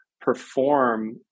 perform